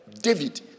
David